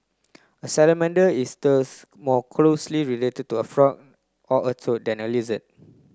a salamander is thus more closely related to a frog or a toad than a lizard